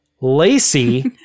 Lacey